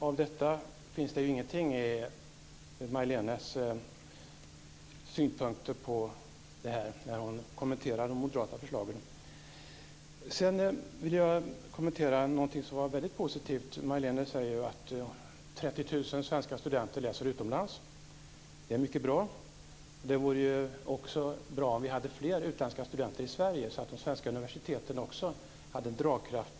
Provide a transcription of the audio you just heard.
Av detta finns ingenting i Majlénes synpunkter när hon kommenterar de moderata förslagen. Sedan vill jag kommentera någonting som var väldigt positivt. Majléne säger ju att 30 000 svenska studenter läser utomlands. Det är mycket bra. Det vore också bra om vi hade fler utländska studenter i Sverige så att de svenska universiteten också hade dragkraft.